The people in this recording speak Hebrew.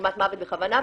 גרימת מוות בכוונה,